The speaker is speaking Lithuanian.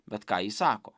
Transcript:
bet ką ji sako